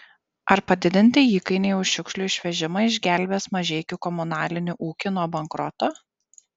ar padidinti įkainiai už šiukšlių išvežimą išgelbės mažeikių komunalinį ūkį nuo bankroto